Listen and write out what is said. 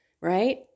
right